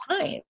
time